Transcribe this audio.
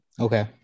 okay